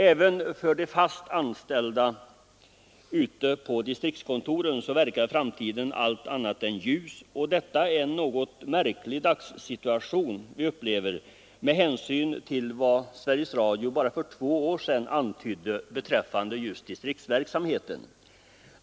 Även för de anställda ute på distriktskontoren verkar framtiden allt annat än ljus, och detta är en något märklig dagssituation vi upplever med hänsyn till vad Sveriges Radio för bara två år sedan antydde beträffande distriktsverksamheten.